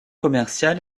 commercial